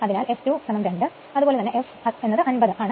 അതിനാൽ f2 2 അതുപോലെ തന്നെ f 50